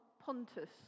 Pontus